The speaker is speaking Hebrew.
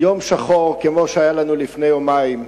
יום שחור כמו שהיה לנו לפני יומיים,